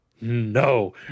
No